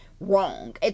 wrong